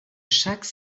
chaque